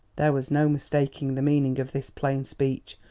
there was no mistaking the meaning of this plain speech.